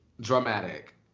dramatic